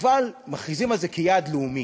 אבל מכריזים על זה כעל יעד לאומי.